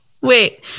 Wait